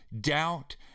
doubt